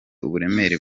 uburemere